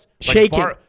Shaking